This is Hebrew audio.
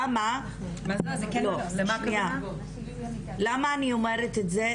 למה אני אומרת את זה?